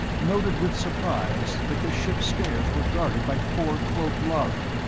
noted with surprise that the ship's stairs were guarded by four cloaked lhari,